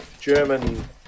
German